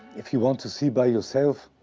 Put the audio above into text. if you want to see by yourself,